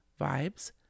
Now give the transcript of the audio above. Vibes